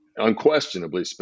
unquestionably